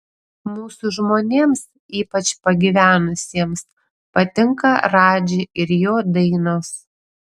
mūsų žmonėms ypač pagyvenusiems patinka radži ir jo dainos